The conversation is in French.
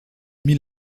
mit